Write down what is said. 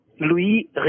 Louis